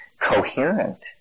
coherent